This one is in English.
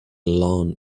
lawn